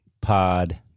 pod